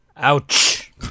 Ouch